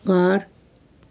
घर